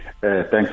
Thanks